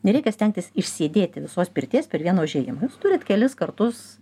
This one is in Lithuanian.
nereikia stengtis išsėdėti visos pirties per vieną užėjimą jūs turit kelis kartus